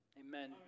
Amen